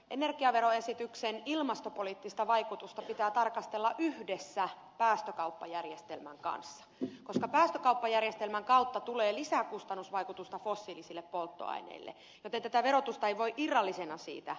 energiaveroesityksen ilmastopoliittista vaikutusta pitää tarkastella yhdessä päästökauppajärjestelmän kanssa koska päästökauppajärjestelmän kautta tulee lisäkustannusvaikutusta fossiilisille polttoaineille joten tätä verotusta ei voi irrallisena siitä pitää